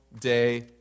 day